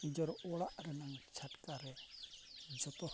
ᱱᱤᱡᱮᱨᱟᱜ ᱚᱲᱟᱜ ᱨᱮᱱᱟᱜ ᱪᱷᱟᱴᱠᱟ ᱨᱮ ᱡᱚᱛᱚ ᱦᱚᱲ